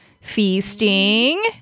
feasting